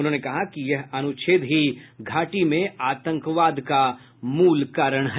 उन्होंने कहा कि यह अनुच्छेद ही घाटी में आतंकवाद का मूल कारण है